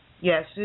Yes